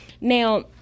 now